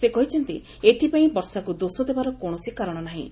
ସେ କହିଛନ୍ତି ଏଥିପାଇଁ ବର୍ଷାକୁ ଦୋଷ ଦେବାର କୌଣସି କାରଣ ନାହିଁ